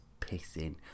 pissing